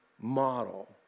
model